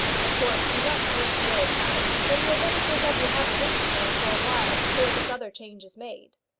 of course you must live at the old house, and you had better take up your habitation there for a while before this other change is made.